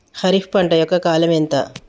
ఖరీఫ్ పంట యొక్క కాలం ఎంత?